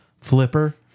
Flipper